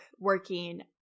working